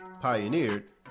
pioneered